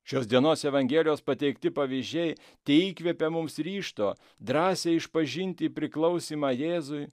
šios dienos evangelijos pateikti pavyzdžiai teįkvepia mums ryžto drąsiai išpažinti priklausymą jėzui